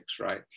right